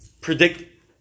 predict